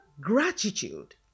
gratitude